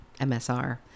MSR